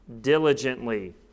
diligently